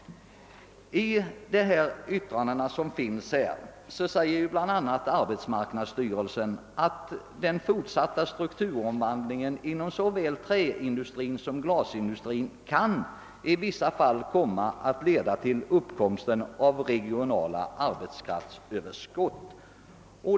I arbetsmarknadsstyrelsens remissyttrande framhålles bl.a., att »den fortsatta strukturomvandlingen inom såväl träindustrin som glasindustrin kan i vissa fall komma att leda till uppkomsten av regionala arbetskraftsöverskott».